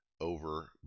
over